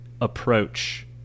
approach